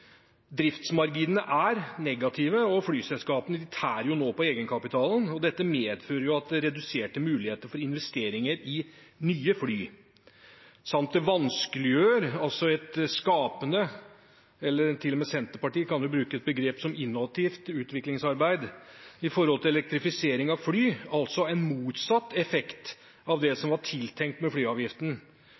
Driftsmarginene er negative, og flyselskapene tærer nå på egenkapitalen. Dette medfører reduserte muligheter for investeringer i nye fly samt at det vanskeliggjør et skapende eller – til og med Senterpartiet kan bruke et slikt begrep – innovativt utviklingsarbeid når det gjelder elektrifisering av fly, altså en motsatt effekt av det som var tenkt med flyavgiften.